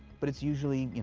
but it's usually, you